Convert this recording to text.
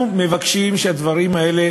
אנחנו מבקשים שהדברים האלה